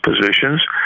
positions